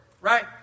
right